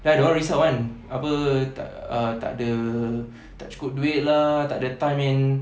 ya dorang risau kan apa tak uh tak ada tak cukup duit lah tak ada time and